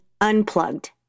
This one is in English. unplugged